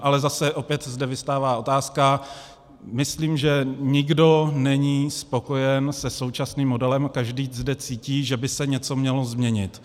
Ale zase zde vyvstává otázka myslím, že nikdo není spokojen se současným modelem, každý zde cítí, že by se něco mělo změnit.